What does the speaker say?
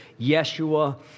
Yeshua